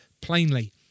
plainly